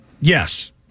Yes